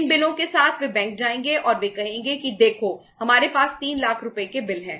इन बिलों के साथ वे बैंक जाएंगे और वे कहेंगे कि देखो हमारे पास 3 लाख रुपये के बिल हैं